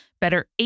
Better